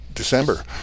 December